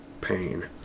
pain